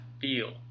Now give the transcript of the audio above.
feel